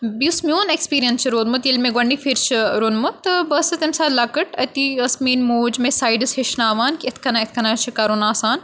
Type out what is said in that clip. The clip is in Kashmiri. یُس میون ایٚکٕسپیٖرینٕس چھُ روٗدمُت ییٚلہِ مےٚ گۄڈٕنِکۍ پھِرۍ چھُ روٚنمُت تہٕ بہٕ ٲسٕس تَمہِ ساتہٕ لَکٕٹۍ أتِے ٲس میٲنۍ موجۍ مےٚ سایڈَس ہیٚچھناوان کہِ یِتھ کَنۍ یِتھ کَنۍ چھِ کَرُن آسان